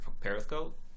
Periscope